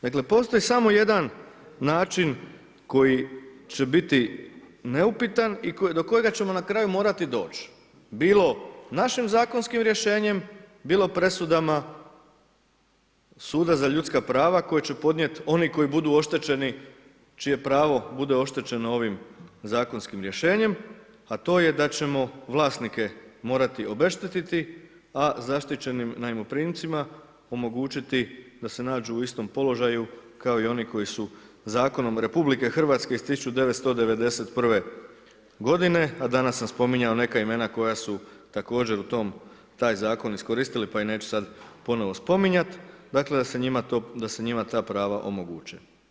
Dakle postoji samo jedan način koji će biti neupitan i do kojega ćemo na kraju morati doći bilo našim zakonskim rješenjem bilo presudama Suda za ljudska prava koji će podnijeti oni koji budu oštećeni, čije pravo bude oštećeno ovim zakonskim rješenjem a to je da ćemo vlasnike morati obeštetiti a zaštićenim najmoprimcima omogućiti da se nađu u istom položaju kao i oni koji su zakonom RH iz 1991. godine a danas sam spominjao neka imena koja su također u tom, taj zakon iskoristili pa ih neću sada ponovno spominjati dakle da se njima ta prava omoguće.